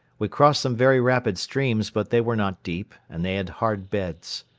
we crossed some very rapid streams but they were not deep and they had hard beds.